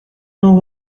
know